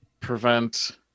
prevent